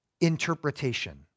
interpretation